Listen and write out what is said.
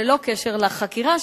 ללא קשר לחקירה,